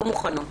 לא מוכנות,